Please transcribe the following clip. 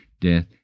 death